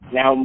Now